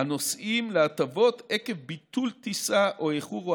הנוסעים להטבות עקב ביטול טיסה או איחור או